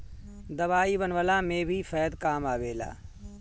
दवाई बनवला में भी शहद काम आवेला